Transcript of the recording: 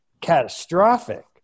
catastrophic